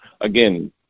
Again